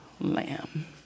lamb